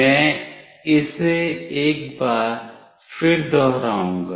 मैं इसे एक बार फिर दोहराऊंगा